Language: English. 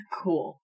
Cool